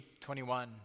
21